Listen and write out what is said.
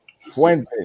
Fuente